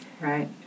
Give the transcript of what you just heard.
Right